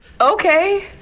okay